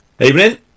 Evening